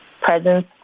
presence